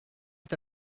est